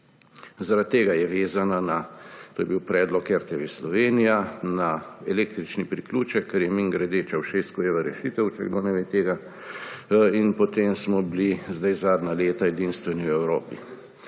Zaradi tega je vezana na – to je bil predlog RTV Slovenija – električni priključek, kar je mimogrede Ceauşescujeva rešitev, če kdo ne ve tega, in potem smo bili zadnja leta edinstveni v Evropi.